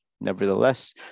Nevertheless